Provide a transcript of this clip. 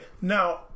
Now